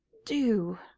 do!